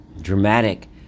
dramatic